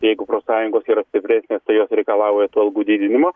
jeigu profsąjungos yra stipresnės tai jos reikalauja tų algų didinimo